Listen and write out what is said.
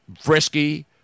frisky